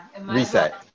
reset